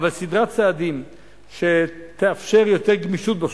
אבל סדרה של צעדים שתאפשר יותר גמישות בשוק,